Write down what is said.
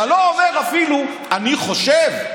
אתה לא אומר אפילו: אני חושב.